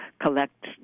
collect